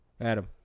Adam